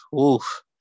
Oof